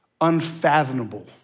unfathomable